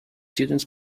students